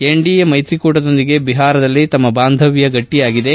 NDA ಮೈತ್ರಿಕೂಟದೊಂದಿಗೆ ಬಹಾರದಲ್ಲಿ ನಮ್ಮ ಬಾಂದವ್ದ ಗಟ್ಟಿಯಾಗಿದೆ